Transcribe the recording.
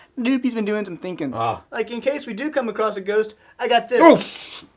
doopey's been doing some thinking. ah like in case we do come across a ghost. i got this.